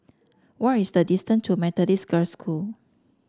what is the distance to Methodist Girls' School